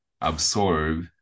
absorb